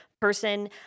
person